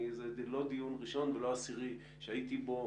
וזה לא דיון ראשון ולא עשירי שהייתי בו,